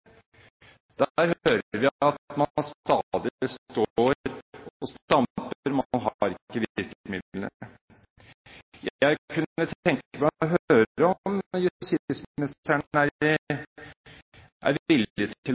hører vi at man stadig står og stamper. Man har ikke virkemidlene. Jeg kunne tenke meg å høre om justisministeren